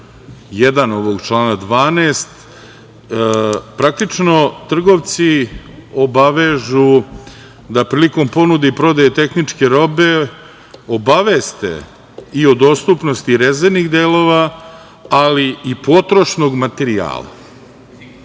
1. ovog člana 12. praktično trgovci obavežu da prilikom ponude i prodaje tehničke robe obaveste i o dostupnosti rezervnih delova, ali i potrošnog materijala.Zašto